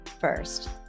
first